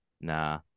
Nah